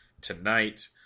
tonight